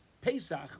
Pesach